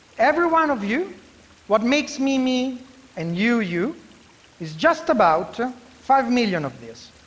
every one of you what makes me, me and you, you is just about five million of these,